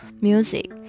music